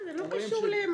זה לא קשור לימין או שמאל.